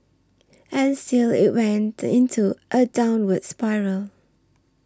and still it went into a downward spiral